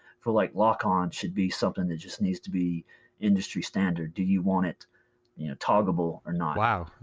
for like lock on should be something that just needs to be industry standard. do you want it toggable or not? wow.